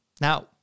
Now